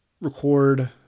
record